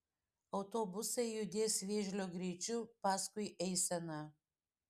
autobusai judės vėžlio greičiu paskui eiseną